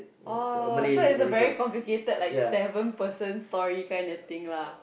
oh so it's a very complicated like seven person story kind of thing lah